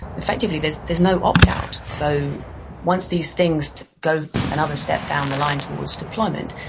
effectively there is no opt-out. so once these things go another step down the line towards deployment,